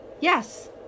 Yes